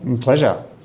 Pleasure